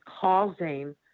causing